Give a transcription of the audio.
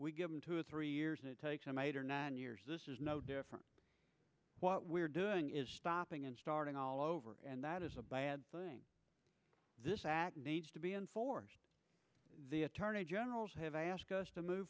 we give them two or three years it takes i might or nine years this is no different what we're doing is stopping and starting all over and that is a bad thing this needs to be enforced the attorney generals have ask us to move